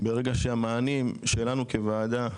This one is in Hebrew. ברגע שהמענים שלנו כוועדה,